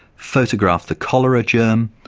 photographed the cholera germ,